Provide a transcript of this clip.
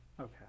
Okay